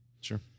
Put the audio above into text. Sure